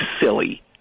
silly